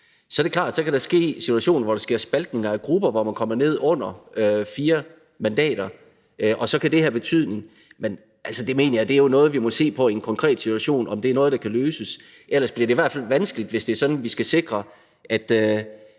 Så er det klart, at der kan være en situation, hvor der sker spaltninger af grupper, og hvor man kommer ned under 4 mandater, og så kan det have betydning. Men det mener jeg er noget, vi må se på i en konkret situation – om det er noget, der kan løses. Ellers bliver det i hvert fald vanskeligt, hvis det er sådan, at vi skal sikre, at